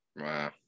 Wow